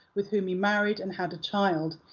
with whom he married and had a child,